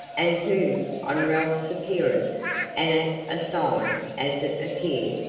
and who, on ralph's appearance and at a sign, as it appeared,